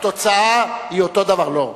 התוצאה, לא.